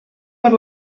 per